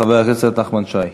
חבר הכנסת נחמן שי.